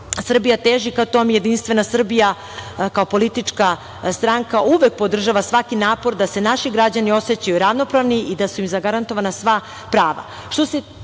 Srbija teži ka tome. Jedinstvena Srbija kao politička stranka uvek podržava svaki napor da se naši građani osećaju ravnopravni i da su im zagarantovana sva prava. Što se